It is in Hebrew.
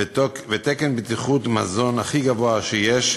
ותקן בטיחות מזון הכי גבוה שיש,